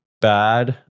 bad